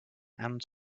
and